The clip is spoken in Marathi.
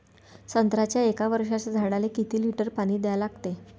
संत्र्याच्या एक वर्षाच्या झाडाले किती लिटर पाणी द्या लागते?